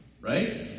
right